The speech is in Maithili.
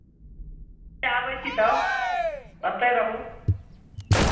आबै छी तब ओतहि रहू